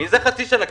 מזה חצי שנה.